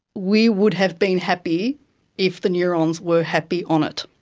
we would have been happy if the neurons were happy on it.